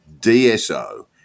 DSO